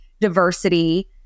diversity